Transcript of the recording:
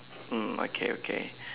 mm okay okay